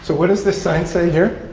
so what does this sign say here?